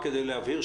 רק כדי להבהיר,